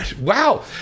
Wow